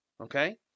okay